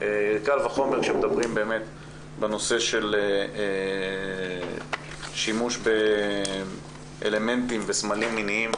קל וחומר כאשר מדברים בנושא של שימוש באלמנטים ובסמלים מיניים